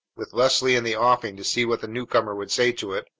with leslie in the offing to see what the newcomer would say to it,